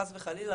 חס וחלילה,